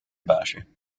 baasje